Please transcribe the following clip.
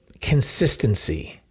consistency